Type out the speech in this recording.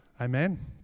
Amen